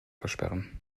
versperren